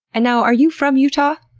and now, are you from utah?